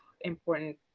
important